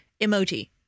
Emoji